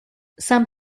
some